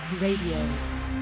radio